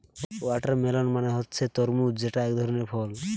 watermelon মানে হচ্ছে তরমুজ যেটা একধরনের ফল